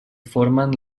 formen